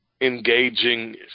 engaging